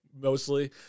mostly